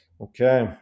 Okay